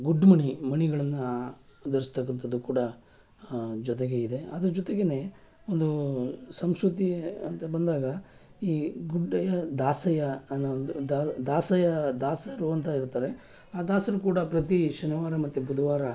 good ಮಣಿ ಮಣಿಗಳನ್ನು ಧರಿಸ್ತಕ್ಕಂಥದ್ದು ಕೂಡ ಜೊತೆಗೆ ಇದೆ ಅದ್ರ ಜೊತೆಗೆ ಒಂದು ಸಂಸ್ಕೃತಿ ಅಂತ ಬಂದಾಗ ಈ ಗುಡ್ಡಯ್ಯ ದಾಸಯ್ಯ ಅನ್ನೋ ಒಂದು ದಾಸಯ್ಯ ದಾಸರು ಅಂತ ಇರ್ತಾರೆ ಆ ದಾಸರು ಕೂಡ ಪ್ರತಿ ಶನಿವಾರ ಮತ್ತು ಬುಧವಾರ